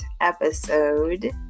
episode